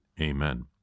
Amen